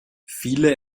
viele